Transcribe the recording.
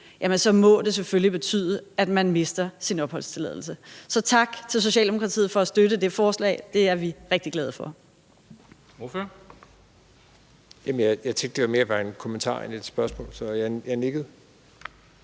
så selvfølgelig må betyde, at man mister sin opholdstilladelse. Så tak til Socialdemokratiet for at støtte det forslag. Det er vi rigtig glade for.